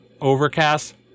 Overcast